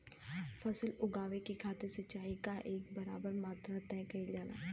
फसल उगावे के खातिर सिचाई क एक बराबर मात्रा तय कइल जाला